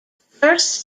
first